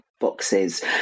boxes